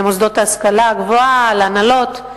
למוסדות להשכלה גבוהה, להנהלות.